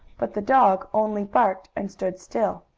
but the dog only barked and stood still.